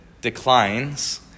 declines